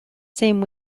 same